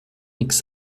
nix